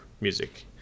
music